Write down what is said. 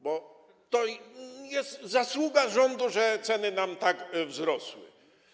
Bo to jest zasługa rządu, że ceny nam tak wzrosły.